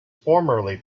formerly